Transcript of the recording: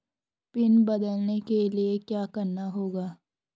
Pin बदलने के लिए क्या करना होगा?